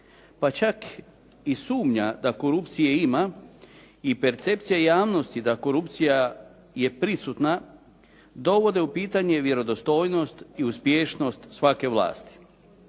pa čak i sumnja da korupcije ima i percepcija javnosti da korupcija je prisutna dovode u pitanje vjerodostojnost i uspješnost svake vlasti.